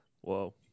Whoa